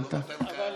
זה לא מתן כהנא,